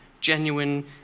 genuine